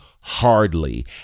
Hardly